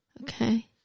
Okay